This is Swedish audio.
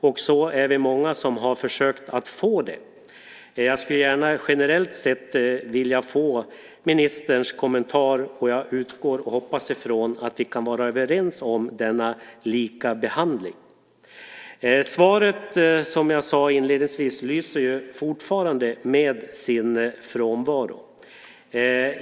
Så är det också många som har försökt att få det. Jag skulle gärna generellt sett vilja få ministerns kommentar, och jag utgår ifrån och hoppas att vi kan vara överens om denna likabehandling. Svaret, som jag sade inledningsvis, lyser fortfarande med sin frånvaro.